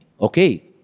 okay